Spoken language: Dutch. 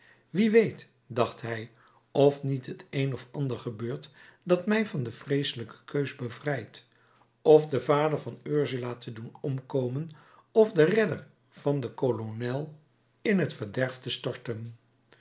wie weet dacht hij of niet t een of ander gebeurt dat mij van de vreeselijke keus bevrijdt f den vader van ursula te doen omkomen f den redder van den kolonel in t verderf te storten